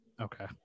okay